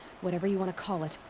whatever you want to call it.